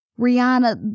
Rihanna